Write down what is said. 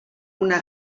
una